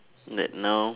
that now